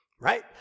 Right